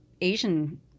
Asian